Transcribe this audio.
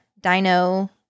dino